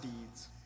deeds